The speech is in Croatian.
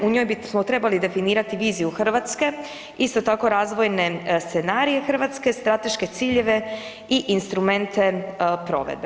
U njoj bismo trebali definirati viziju Hrvatske, isto tako razvojne scenarije Hrvatske, strateške ciljeve i instrumente provedbe.